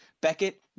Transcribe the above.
Beckett